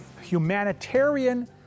humanitarian